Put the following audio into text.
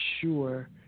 sure